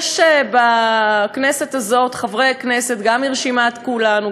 יש בכנסת הזאת חברי כנסת גם מרשימת כולנו,